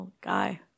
Guy